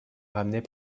ramenait